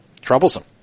troublesome